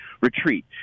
retreat